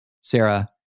Sarah